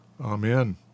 Amen